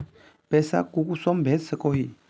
पैसा कुंसम भेज सकोही?